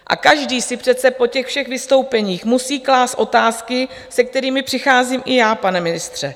A každý si přece po těch všech vystoupeních musí klást otázky, se kterými přicházím i já, pane ministře.